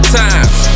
times